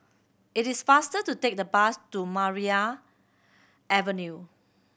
it is faster to take the bus to Maria Avenue